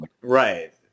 Right